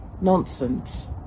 nonsense